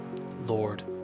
Lord